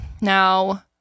Now